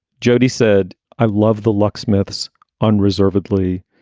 jody said, i love the locksmiths unreservedly.